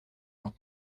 vingt